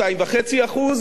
אני רוצה להדגיש,